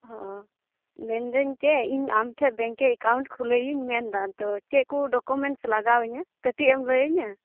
ᱚᱻ ᱢᱮᱱᱫᱟᱹᱧ ᱪᱮᱫ ᱤᱧ ᱟᱢ ᱴᱷᱮᱡ ᱵᱮᱝᱠᱮ ᱮᱠᱟᱣᱩᱱᱴ ᱠᱷᱩᱩᱞᱟᱹᱭᱤᱧ ᱢᱮᱱᱫᱟ ᱟᱫᱚ ᱪᱮᱫ ᱠᱚ ᱰᱚᱠᱩᱢᱮᱱᱴᱥ ᱞᱟᱜᱟᱣᱟᱧᱟ ᱠᱟᱹᱴᱤᱜ ᱮᱢ ᱞᱟᱹᱭᱟᱹᱧᱟ